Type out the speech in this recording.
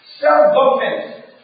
self-government